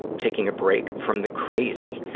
taking a break from the crazy.